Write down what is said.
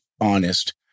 honest